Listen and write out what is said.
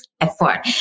effort